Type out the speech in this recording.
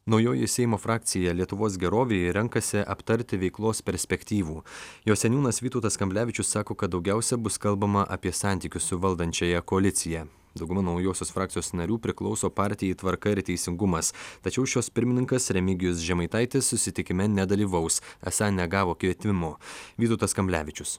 naujoji seimo frakcija lietuvos gerovei renkasi aptarti veiklos perspektyvų jo seniūnas vytautas kamblevičius sako kad daugiausia bus kalbama apie santykius su valdančiąja koalicija dauguma naujosios frakcijos narių priklauso partijai tvarka ir teisingumas tačiau šios pirmininkas remigijus žemaitaitis susitikime nedalyvaus esą negavo kvietimo vytautas kamblevičius